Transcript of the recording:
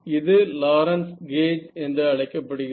இது Lawrence gauge என்று அழைக்கப்படுகிறது